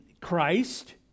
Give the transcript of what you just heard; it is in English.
Christ